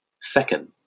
Second